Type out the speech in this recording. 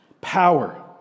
Power